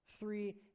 Three